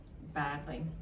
badly